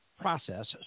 process